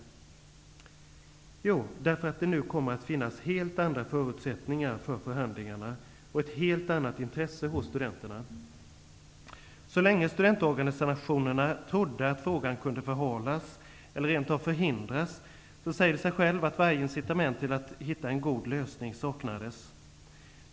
Jo, därför att det nu kommer att finnas helt andra förutsättningar för förhandlingarna och ett helt annat intresse hos studenterna. Så länge studentorganisationerna trodde att frågan kunde förhalas, eller rent av förhindras, säger det sig självt att varje incitament till att hitta en god lösning saknades.